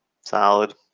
solid